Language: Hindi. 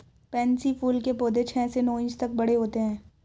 पैन्सी फूल के पौधे छह से नौ इंच तक बड़े होते हैं